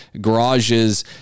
garages